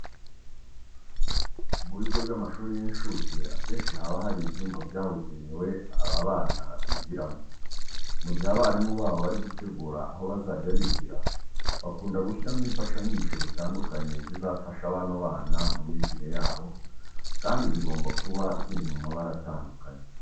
Mu bigo by'amashuri y'incuke akenshi haba hari ibyumba byabugenewe aba bana bigiramo. Mu gihe abarimu babo bari gutegura aho bazajya bigira, bakunda gushyiramo imfashanyigisho zitandukanye zizafasha bano bana mu myigire yabo, kandi zigomba kuba ziri no mu mabara atandukanye.